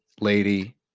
lady